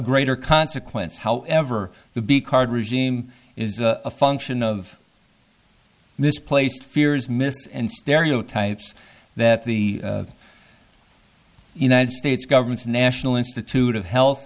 greater consequence however the b card regime is a function of mis placed fears miss and stereotypes that the united states government's national institute of health